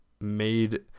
made